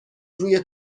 روی